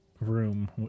Room